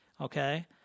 okay